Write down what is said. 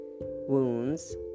wounds